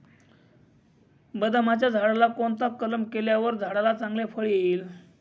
बदामाच्या झाडाला कोणता कलम केल्यावर झाडाला चांगले फळ येईल?